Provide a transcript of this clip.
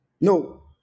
no